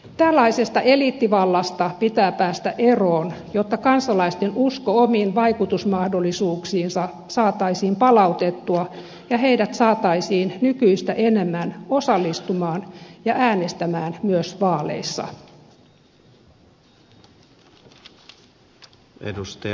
tällaises ta eliittivallasta pitää päästä eroon jotta kansalaisten usko omiin vaikutusmahdollisuuksiinsa saataisiin palautettua ja heidät saataisiin nykyistä enemmän osallistumaan ja äänestämään myös vaaleissa